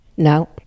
No